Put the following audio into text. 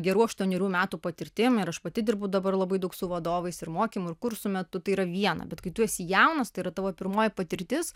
gerų aštuonerių metų patirtim ir aš pati dirbu dabar labai daug su vadovais ir mokymų ir kursų metu tai yra viena bet kai tu esi jaunas tai yra tavo pirmoji patirtis